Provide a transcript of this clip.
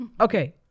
Okay